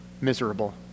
miserable